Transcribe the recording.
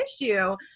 issue